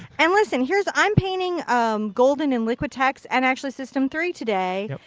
and listen. here's. i'm painting golden and liquitex and actually system three today.